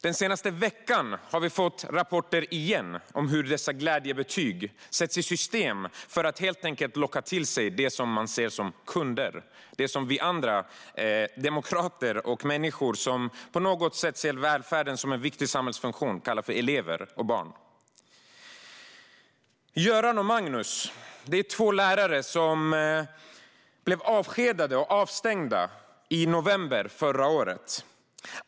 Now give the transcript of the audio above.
Den senaste veckan har vi återigen fått rapporter om hur dessa glädjebetyg sätts i system helt enkelt för att man ska locka till sig det man ser som kunder men som vi andra, demokrater och människor som på något sätt ser välfärden som en viktig samhällsfunktion, kallar elever och barn. Göran och Magnus är två lärare som blev avskedade och avstängda i november förra året.